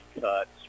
cuts